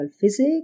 physics